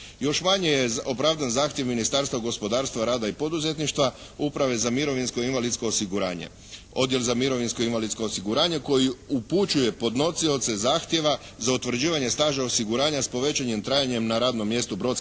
Još manje je opravdan zahtjev Ministarstva gospodarstva, rada i poduzetništva, Uprave za mirovinsko invalidsko osiguranje. Odjel za mirovinsko i invalidsko osiguranje koji upućuje podnosioce zahtjeva za utvrđivanje staža osiguranja s povećanim trajanjem na radnom mjestu brodski